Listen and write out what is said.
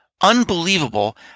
Unbelievable